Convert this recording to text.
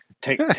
Take